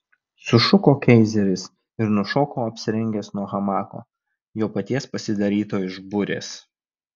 sušuko keizeris ir nušoko apsirengęs nuo hamako jo paties pasidaryto iš burės